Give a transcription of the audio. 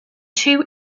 two